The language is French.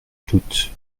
toutes